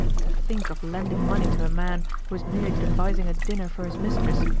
to think of lending money to a man who is merely devising a dinner for his mistress,